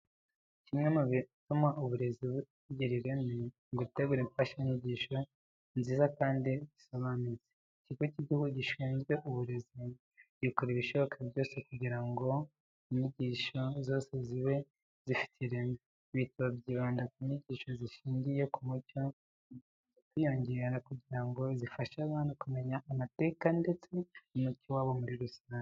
Kimwe mu bituma uburezi bugira ireme, ni ugutegura imfashanyigisho nziza kandi zisobanutse. Ikigo cy'Igihugu gishinzwe Uburezi, gikora ibishoboka byose kugira ngo inyigisho zose zibe zifite ireme. Ibitabo byibanda ku nyigisho zishingiye ku muco zikomeza kwiyongera kugira ngo zifashe abana kumenya amateka ndetse n'umuco wabo muri rusange.